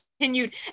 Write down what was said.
continued